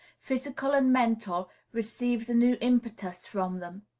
physical and mental, receives a new impetus from them.